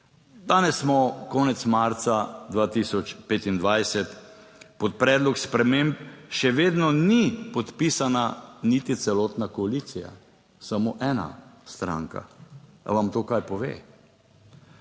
Danes smo konec marca 2025. Pod predlog sprememb še vedno ni podpisana niti celotna koalicija, samo ena stranka. Ali vam to kaj pove?